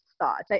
thoughts